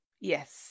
Yes